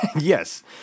yes